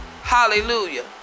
hallelujah